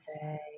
say